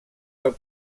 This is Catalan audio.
del